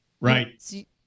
Right